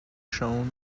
shown